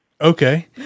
Okay